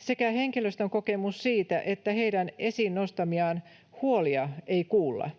sekä henkilöstön kokemus, että heidän esiin nostamiaan huolia ei kuulla.